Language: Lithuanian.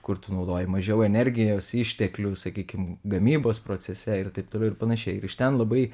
kur tu naudoji mažiau energijos išteklių sakykim gamybos procese ir taip toliau ir panašiai ir iš ten labai